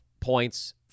points